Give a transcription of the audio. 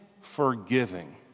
forgiving